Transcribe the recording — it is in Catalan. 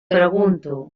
pregunto